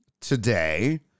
today